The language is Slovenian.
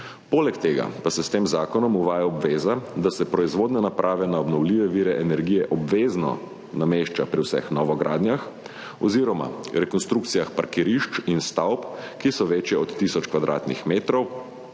Poleg tega pa se s tem zakonom uvaja obveza, da se proizvodne naprave za obnovljive vire energije obvezno namešča pri vseh novogradnjah oziroma rekonstrukcijah parkirišč in stavb, ki so večje od tisoč kvadratnih metrov